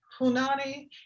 punani